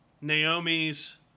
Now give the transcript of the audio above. Naomi's